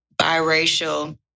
biracial